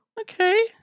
Okay